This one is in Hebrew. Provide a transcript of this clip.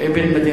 בן העיר